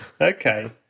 Okay